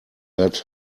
led